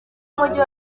umujyi